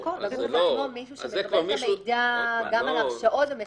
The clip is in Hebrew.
מישהו שמקבל את המידע גם על הרשעות ומסנן.